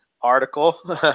article